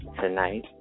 tonight